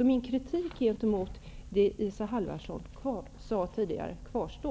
Min kritik mot det Isa Halvarsson sade tidigare kvarstår.